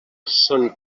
són